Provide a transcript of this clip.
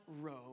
row